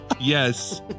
Yes